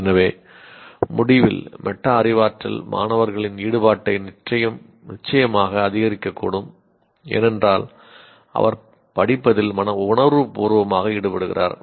எனவே முடிவில் மெட்டா அறிவாற்றல் மாணவர்களின் ஈடுபாட்டை நிச்சயமாக அதிகரிக்கக்கூடும் ஏனென்றால் அவர் படிப்பதில் உணர்வுபூர்வமாக ஈடுபடுகிறார்